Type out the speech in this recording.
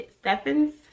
Stephens